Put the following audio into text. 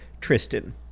Tristan